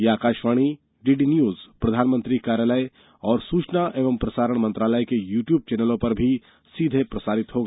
यह आकाशवाणी डीडीन्यूज प्रधानमंत्री कार्यालय तथा सूचना और प्रसारण मंत्रालय के यूट्यूब चैनलों पर भी सीधे प्रसारित होगा